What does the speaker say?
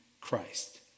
Christ